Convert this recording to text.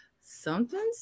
something's